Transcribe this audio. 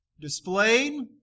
displayed